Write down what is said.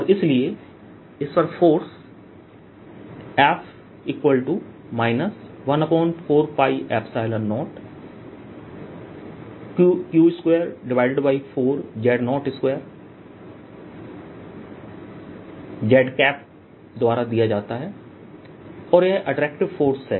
और इसलिए इस पर फोर्स F 14π0q24z02z द्वारा दिया जाता हैऔर यह अट्रैक्टिव फोर्स है